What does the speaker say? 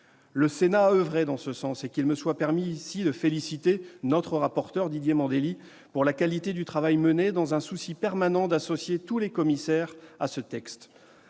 Le Sénat a oeuvré dans ce sens. Qu'il me soit permis de féliciter notre rapporteur, Didier Mandelli, pour la qualité du travail mené dans un souci permanent d'associer tous les commissaires à ce texte.